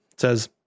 says